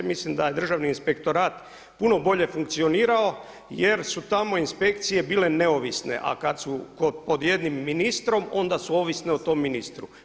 Mislim da je Državni inspektorat puno bolje funkcionirao, jer su tamo inspekcije bile neovisne, a kad su pod jednim ministrom onda su ovisne o tom ministru.